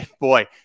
boy